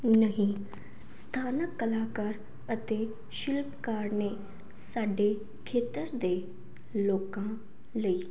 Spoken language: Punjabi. ਨਹੀਂ ਸਥਾਨਕ ਕਲਾਕਾਰ ਅਤੇ ਸ਼ਿਲਪਕਾਰ ਨੇ ਸਾਡੇ ਖੇਤਰ ਦੇ ਲੋਕਾਂ ਲਈ